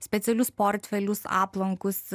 specialius portfelius aplankus